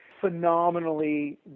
phenomenally